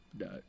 No